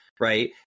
Right